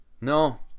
No